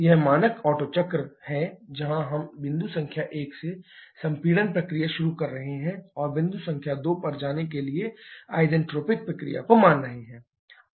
यह मानक ओटो चक्र आरेख है जहां हम बिंदु संख्या 1 से संपीड़न प्रक्रिया शुरू कर रहे हैं और बिंदु संख्या 2 पर जाने के लिए isentropic प्रक्रिया को मान रही है